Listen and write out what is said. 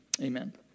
Amen